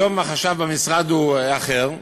היום החשב במשרד הוא אחר.